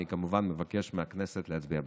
אני כמובן מבקש מהכנסת להצביע בעד.